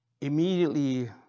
immediately